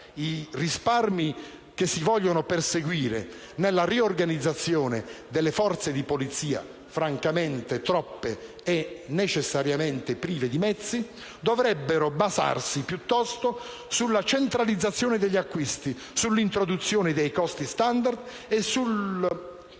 I risparmi che si vogliono perseguire nella riorganizzazione delle forze di polizia, francamente troppe e necessariamente prive di mezzi, dovrebbero basarsi piuttosto sulla centralizzazione degli acquisti, sull'introduzione dei costi *standard* e nel